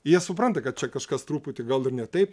jie supranta kad čia kažkas truputį gal ir ne taip